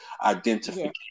identification